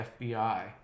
FBI